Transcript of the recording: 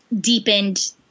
deepened